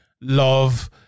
love